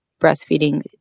breastfeeding